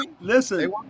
listen